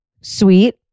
sweet